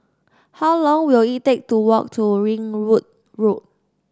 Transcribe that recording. how long will it take to walk to Ringwood Road